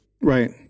Right